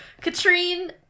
Katrine